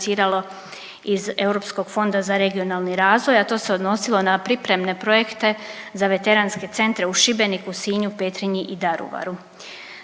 iz Europskog fonda za regionalni razvoj, a to se odnosilo na pripremne projekte za veteranske centre u Šibeniku, Sinju, Petrinji i Daruvaru.